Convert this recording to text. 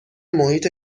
محیط